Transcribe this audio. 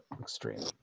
extreme